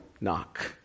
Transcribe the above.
Knock